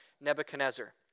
Nebuchadnezzar